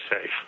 safe